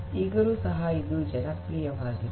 ಈಗಲೂ ಸಹ ಇದು ಜನಪ್ರಿಯವಾಗಿದೆ